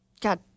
God